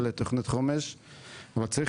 אבל צריך